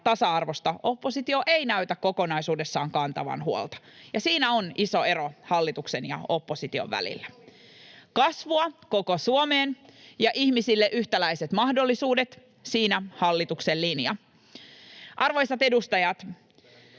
tasa-arvosta oppositio ei näytä kokonaisuudessaan kantavan huolta, ja siinä on iso ero hallituksen ja opposition välillä. Kasvua koko Suomeen ja ihmisille yhtäläiset mahdollisuudet — siinä hallituksen linja. Arvoisat edustajat!